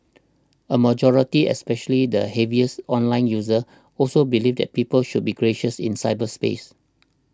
a majority especially the heaviest online users also believed that people should be gracious in cyberspace